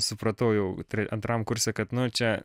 supratau jau antram kurse kad nu čia